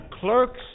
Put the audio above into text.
clerks